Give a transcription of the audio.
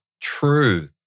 true